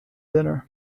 dinner